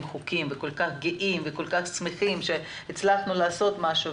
חוקים וכל כך גאים וכל כך שמחים שהצלחנו לעשות משהו,